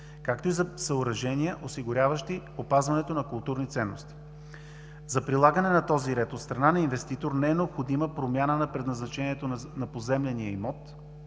както и съоръжения, осигуряващи опазването на културни ценности. За прилагане на този ред от страна на инвеститор не е необходима промяна на предназначението на поземления имот